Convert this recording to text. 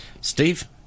Steve